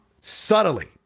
subtly